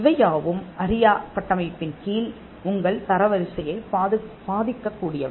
இவையாவும் அரியா கட்டமைப்பின் கீழ் உங்கள் தரவரிசையைப் பாதிக்கக்கூடியவை